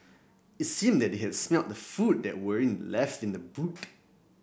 it seemed that they had smelt the food that were left in the boot